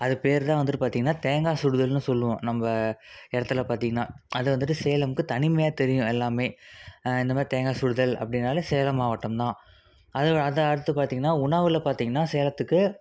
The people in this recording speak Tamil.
அது பேருதான் வந்துட்டு பார்த்தீங்கன்னா தேங்காய் சுடுதல்ன்னு சொல்லுவோம் நம்ம இடத்துல பார்த்தீங்கன்னா அது வந்துட்டு சேலம்க்கு தனிமையாக தெரியும் எல்லாமே இந்தமாதிரி தேங்காய் சுடுதல் அப்படின்னாலே சேலம் மாவட்டம் தான் அது அது அடுத்து பார்த்தீங்கன்னா உணவில் பார்த்தீங்கன்னா சேலத்துக்கு